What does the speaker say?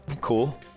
Cool